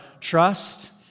trust